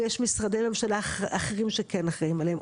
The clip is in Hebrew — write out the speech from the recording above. ויש משרדי ממשלה אחרים שכן אחראיים עליהם,